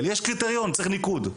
יש קריטריון וצריך ניקוד.